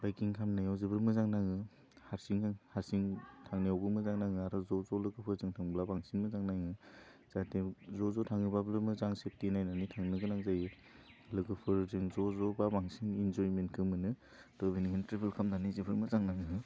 बाइकिं खालामनायाव जोबोर मोजां नाङो हारसिंनो हारसिं थांनायावबो मोजां नाङो आरो ज' ज' लोगोफोरजों थांब्ला बांसिन मोजां नाङो जाहाथे ज' ज' थाङोबा ब्लाबो मोजां सेफथि नायनानै थांनो गोनां जायो लोगोफोरजों ज' ज'बा बांसिन इन्जयमेन्टखौ मोनो थह बेनिखायनो ट्रेबोल खालामनानै जोबोर मोजां मोनो